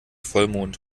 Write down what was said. vollmond